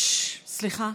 סליחה.